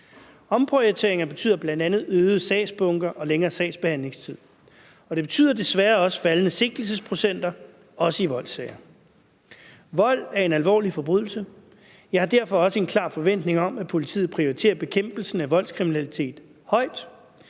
Omprioriteringer betyder bl.a. øgede sagsbunker og længere sagsbehandlingstid. Det betyder desværre også faldende sigtelsesprocenter, også i voldssager. Vold er en alvorlig forbrydelse. Jeg har derfor også en klar forventning om, at politiet prioriterer bekæmpelsen af voldskriminalitet højt,